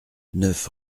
neuf